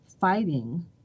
fighting